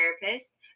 therapist